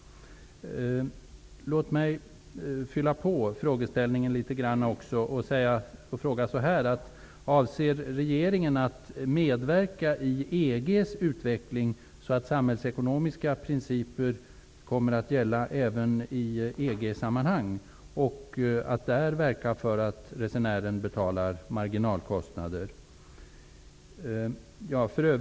Låt mig utöka min fråga: Avser regeringen att medverka i EG:s utveckling -- så att samhällsekonomiska principer kommer att gälla även i EG-sammanhang -- och där verka för att resenären betalar marginalkostnader?